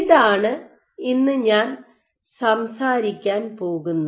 ഇതാണ് ഞാൻ ഇന്ന് സംസാരിക്കാൻ പോകുന്നത്